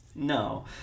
No